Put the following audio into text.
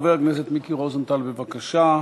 חבר הכנסת מיקי רוזנטל, בבקשה.